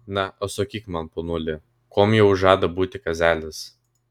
na o sakyk man ponuli kuom jau žada būti kazelis